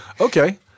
Okay